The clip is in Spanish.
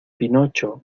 pinocho